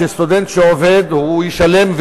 שסטודנט שעובד ישלם,